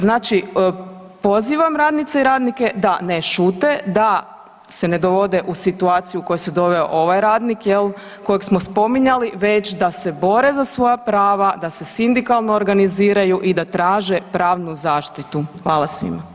Znači pozivam radnice i radnike da ne šute, da se ne dovode u situaciju u koju se doveo ovaj radnik, je li, koji smo spominjali, već da se bore za svoja prava, da se sindikalno organiziraju i da traže pravnu zaštitu.